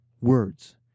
words